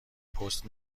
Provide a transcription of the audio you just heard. پست